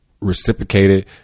reciprocated